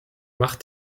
mach